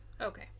Okay